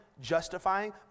justifying